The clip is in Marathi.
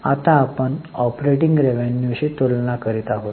आता आपण ऑपरेटिंग रेव्हेन्यूशी तुलना करीत आहोत